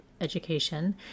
education